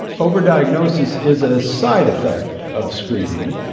over-diagnosis is a side effect of screening,